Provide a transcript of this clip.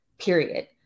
period